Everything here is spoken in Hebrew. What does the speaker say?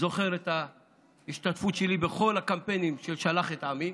זוכר את ההשתתפות שלי בכל הקמפיינים של "שלח את עמי".